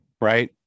right